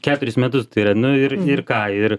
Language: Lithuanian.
ketverius metus tai yra nu ir ir ką ir